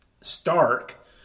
stark